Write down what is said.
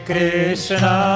Krishna